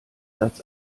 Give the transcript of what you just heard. satz